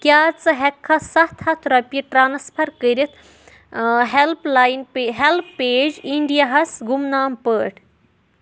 کیٛاہ ژٕ ہٮ۪کہٕ سَتھ ہَتھ رۄپیہِ ٹرانسفر کٔرِتھ ہٮ۪لٕپ لایِن ہیٚلپیج اِنٛڈیا ہَس گُمنام پٲٹھۍ؟